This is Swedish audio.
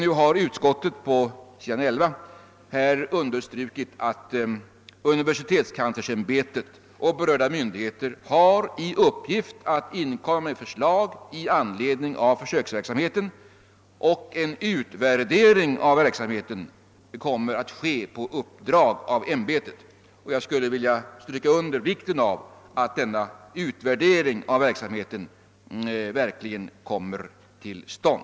Utskottet har nu på s. 11 i sitt utlåtande skrivit följande: »Universitetskanslersämbetet och berörda myndigheter har i uppgift att inkomma med förslag i anledning av försöksverksamheten och en utvärdering av verksamheten kommer att ske på uppdrag av ämbetet.» Jag vill understryka vikten av att denna utvärdering av verksamheten verkligen kommer till stånd.